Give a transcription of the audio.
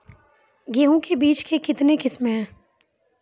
गेहूँ के बीज के कितने किसमें है?